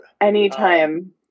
Anytime